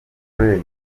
grace